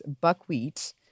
buckwheat